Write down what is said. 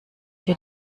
den